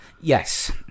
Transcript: Yes